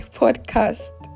podcast